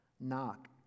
Knock